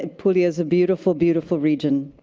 puglia is a beautiful, beautiful region.